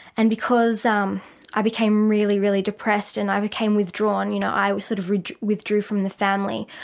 and because um i became really, really depressed and i became withdrawn, you know, i sort of withdrew from the family.